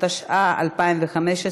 התשע"ה 2015,